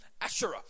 Asherah